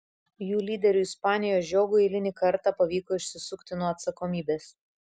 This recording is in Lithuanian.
jų lyderiui ispanijoje žiogui eilinį kartą pavyko išsisukti nuo atsakomybės